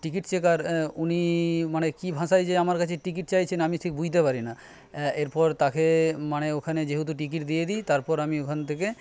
ticket checker উনি মানে কি ভাষায় যে আমার কাছে টিকিট চাইছেন আমি ঠিক বুইঝতে পারিনা এরপর তাকে মানে ওখানে যেহেতু টিকিট দিয়ে দিই তারপর আমি ওখান থেকে